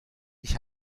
ich